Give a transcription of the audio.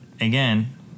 Again